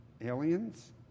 aliens